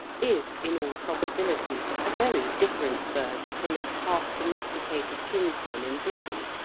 is in all probability a very different bird from its half-domesticated kinsman in britain.